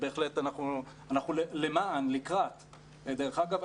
דרך אגב,